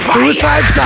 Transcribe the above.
Suicide